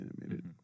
animated